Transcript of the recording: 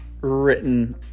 written